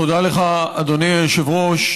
תודה לך, אדוני היושב-ראש.